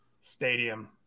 stadium